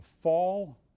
fall